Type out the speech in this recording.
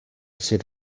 sydd